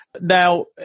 now